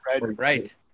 Right